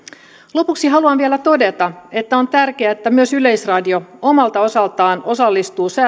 lopuksi haluan vielä todeta että on tärkeää että myös yleisradio omalta osaltaan osallistuu